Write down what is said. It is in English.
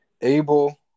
Abel